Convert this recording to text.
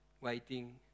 Waiting